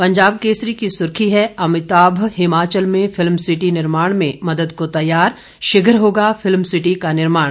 पंजाब केसरी की सुर्खी है अमिताभ हिमाचल में फिल्म सिटी निर्माण में मदद को तैयार शीघ्र होगा फिल्म सिटी का निर्माण